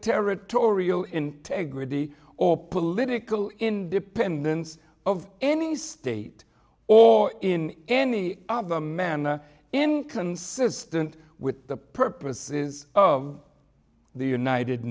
territorial integrity or political independence of any state or in any of the men in consistent with the purposes of the united